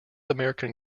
american